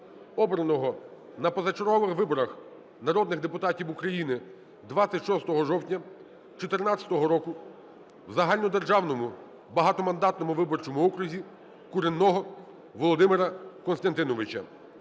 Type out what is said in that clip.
обраного на позачергових виборах народних депутатів України 26 жовтня 14-го року в загальнодержавному багатомандатному виборчому окрузі, Куренного Володимира Костянтиновича,